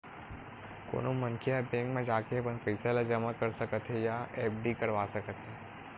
कोनो मनखे ह बेंक म जाके अपन पइसा ल जमा कर सकत हे या एफडी करवा सकत हे